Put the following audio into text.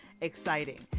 exciting